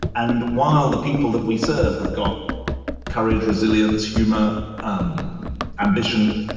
and while the people that we serve have got courage, resilience, humor, um ambition,